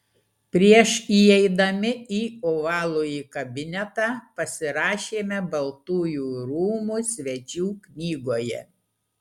prieš įeidami į ovalųjį kabinetą pasirašėme baltųjų rūmų svečių knygoje